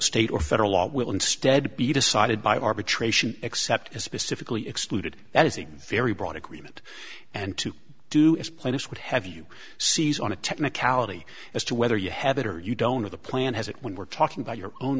state or federal law will instead be decided by arbitration except as specifically excluded that is a very broad agreement and to do as plaintiffs would have you seize on a technicality as to whether you have it or you don't know the plan has it when we're talking about your own